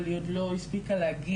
אבל היא עוד לא הספיקה להגיע,